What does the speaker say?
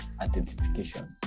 identification